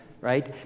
right